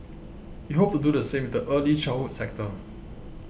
we hope to do the same with the early childhood sector